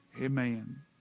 Amen